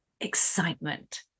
excitement